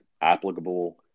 applicable